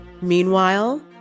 Meanwhile